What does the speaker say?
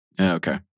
Okay